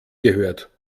gehört